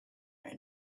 and